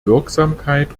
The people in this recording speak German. wirksamkeit